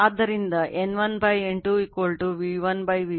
ಆದ್ದರಿಂದ N1 N2 V1 V2